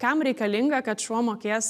kam reikalinga kad šuo mokės